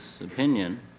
opinion